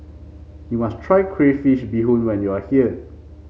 you must try Crayfish Beehoon when you are here